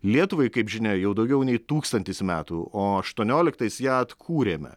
lietuvai kaip žinia jau daugiau nei tūkstantis metų o aštuonioliktais ją atkūrėme